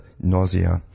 nausea